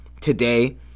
today